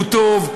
טוב.